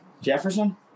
Jefferson